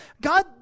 God